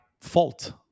fault